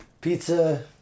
Pizza